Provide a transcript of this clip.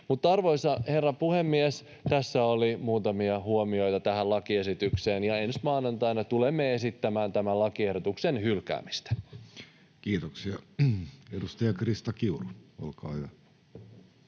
Arvoisa herra puhemies! Tässä oli muutamia huomioita tähän lakiesitykseen, ja ensi maanantaina tulemme esittämään tämän lakiehdotuksen hylkäämistä. Kiitoksia. — Edustaja Krista Kiuru, olkaa hyvä.